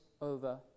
over